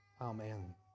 Amen